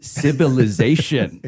civilization